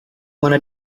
wanna